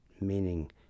meaning